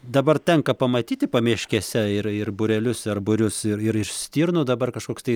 dabar tenka pamatyti pamiškėse ir ir būrelius ar būrius ir ir stirnų dabar kažkoks tai